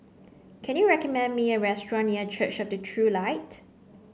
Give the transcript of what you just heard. can you recommend me a restaurant near Church of the True Light